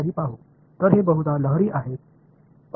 எனவே அதை மீண்டும் பார்ப்போம்